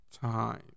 time